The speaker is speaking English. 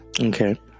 okay